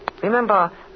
Remember